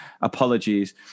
Apologies